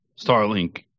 Starlink